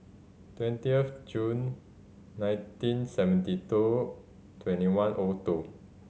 twenty of June nineteen seventy two twenty one O two